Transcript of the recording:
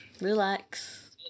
Relax